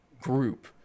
group